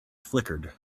flickered